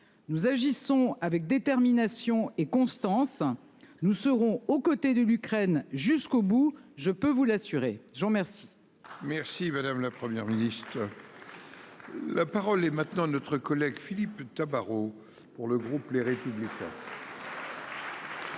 Nous agissons avec détermination et constance. Nous serons aux côtés de l'Ukraine jusqu'au bout. Je peux vous l'assurer. Je vous remercie. Merci madame, la Première ministre. La parole est maintenant notre collègue Philippe Tabarot pour le groupe Les Républicains.